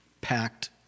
packed